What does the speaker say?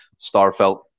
Starfelt